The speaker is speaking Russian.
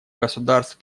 государств